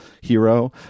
hero